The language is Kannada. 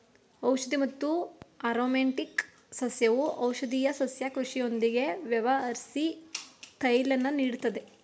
ಔಷಧಿ ಮತ್ತು ಆರೊಮ್ಯಾಟಿಕ್ ಸಸ್ಯವು ಔಷಧೀಯ ಸಸ್ಯ ಕೃಷಿಯೊಂದಿಗೆ ವ್ಯವಹರ್ಸಿ ತೈಲನ ನೀಡ್ತದೆ